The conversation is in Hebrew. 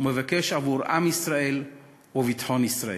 ומבקש עבור עם ישראל וביטחון ישראל.